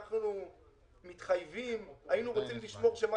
היינו רוצים לשמור שמה